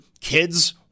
kids